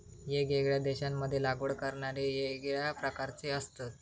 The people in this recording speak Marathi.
येगयेगळ्या देशांमध्ये लागवड करणारे येगळ्या प्रकारचे असतत